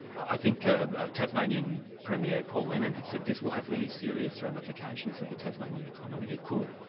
i think ah ah tasmanian premier, paul lennon, has said this will have really serious ramifications for the tasmanian economy. it could.